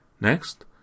Next